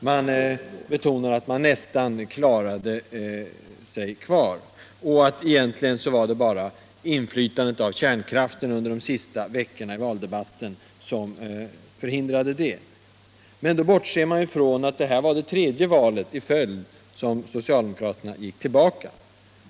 Man betonar att man nästan klarade sig kvar och att det egentligen bara var kärnkraftens inflytande under de sista veckorna av valdebatten som förhindrade detta. Men då bortser man från, att detta var det tredje valet i följd som socialdemokraterna gick tillbaka.